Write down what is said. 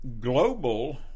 global